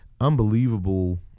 unbelievable